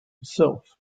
itself